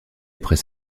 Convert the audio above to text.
après